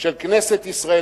של כנסת ישראל,